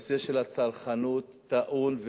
הנושא של הצרכנות טעון,